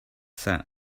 cent